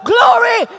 Glory